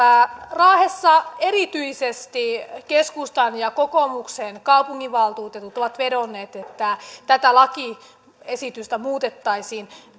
raahessa erityisesti keskustan ja kokoomuksen kaupunginvaltuutetut ovat vedonneet että tätä lakiesitystä muutettaisiin